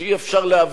שאי-אפשר להבין,